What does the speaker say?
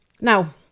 Now